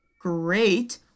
great